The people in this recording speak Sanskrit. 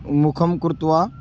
मुखं कृत्वा